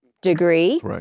degree